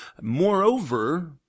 Moreover